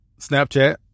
Snapchat